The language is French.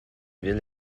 ville